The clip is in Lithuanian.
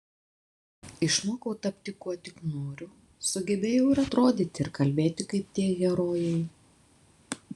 išmokau tapti kuo tik noriu sugebėjau ir atrodyti ir kalbėti kaip tie herojai